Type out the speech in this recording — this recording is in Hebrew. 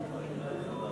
ותיקון חקיקה)